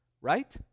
right